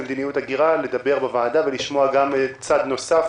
לדבר בוועדה ולשמוע גם צד נוסף,